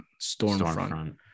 Stormfront